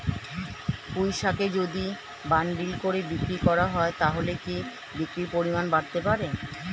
পুঁইশাকের যদি বান্ডিল করে বিক্রি করা হয় তাহলে কি বিক্রির পরিমাণ বাড়তে পারে?